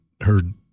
heard